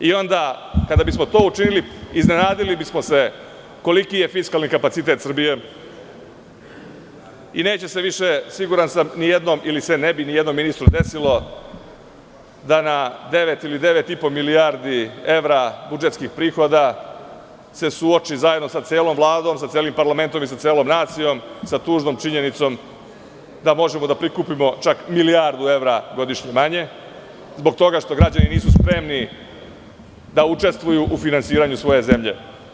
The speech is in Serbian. Onda kada bismo to učinili, iznenadili bismo se koliki je fiskalni kapacitet Srbije i neće se više, siguran sam, ni jednom ili se ne bi ni jednom ministru desilo da na devet ili devet i po milijardi evra budžetskih prihoda se suoči zajedno sa celom Vladom, sa celim parlamentom i celom nacijom sa tužnom činjenicom da možemo da prikupimo čak milijardu evra godišnje manje, zbog toga što građani nisu smeli da učestvuju u finansiranju svoje zemlje.